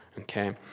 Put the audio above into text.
Okay